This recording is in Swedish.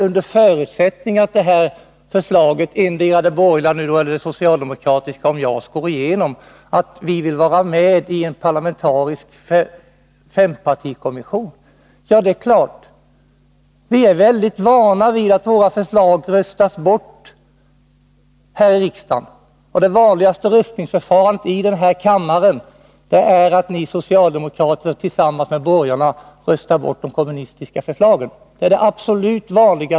Under förutsättning att endera förslaget antas vill vi vara med i en parlamentarisk fempartikommission. Ja, det är klart. Vi är vana vid att våra förslag röstas bort här i riksdagen. Det vanligaste röstningsförfarandet i denna kammare är att ni socialdemo krater tillsammans med borgarna röstar ned de kommunistiska förslagen.